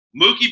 Mookie